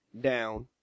down